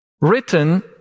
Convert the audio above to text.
written